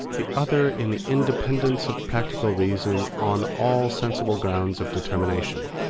the other in the independence of practical reason on all sensible grounds of determination.